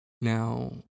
Now